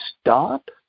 stop